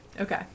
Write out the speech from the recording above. okay